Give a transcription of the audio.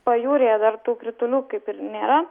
pajūryje dar tų kritulių kaip ir nėra